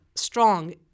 strong